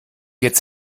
jetzt